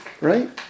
Right